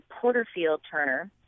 Porterfield-Turner